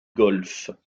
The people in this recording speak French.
golfe